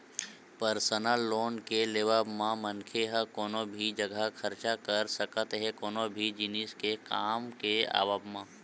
personal loan के लेवब म मनखे ह कोनो भी जघा खरचा कर सकत हे कोनो भी जिनिस के काम के आवब म